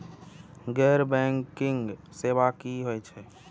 गैर बैंकिंग सेवा की होय छेय?